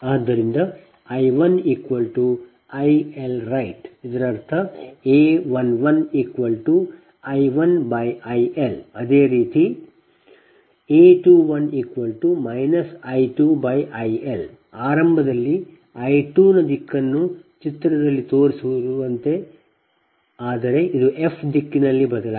ಆದ್ದರಿಂದ I 1 I Lright ಇದರರ್ಥ A 11 I 1 I L ಅದೇ ರೀತಿ A 21 I 2 I L ಆರಂಭದಲ್ಲಿ I 2 ನ ದಿಕ್ಕನ್ನು ಚಿತ್ರದಲ್ಲಿ ತೋರಿಸಿರುವಂತೆ ಆದರೆ ಇದು F ದಿಕ್ಕಿನಲ್ಲೇ ಬದಲಾಗಿದೆ